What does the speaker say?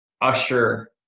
usher